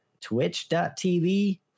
twitch.tv